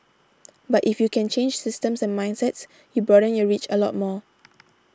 but if you can change systems and mindsets you broaden your reach a lot more